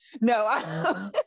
No